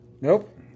nope